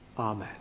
Amen